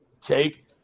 take